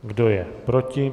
Kdo je proti?